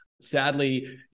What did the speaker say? sadly